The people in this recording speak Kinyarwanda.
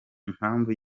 impamvu